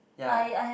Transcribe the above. yea